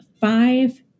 five